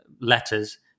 Letters